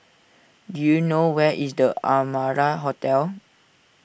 do you know where is the Amara Hotel